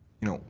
you know,